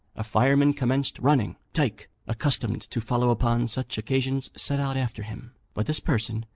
a fireman commenced running. tyke, accustomed to follow upon such occasions, set out after him but this person,